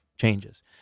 changes